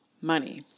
money